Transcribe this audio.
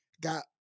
got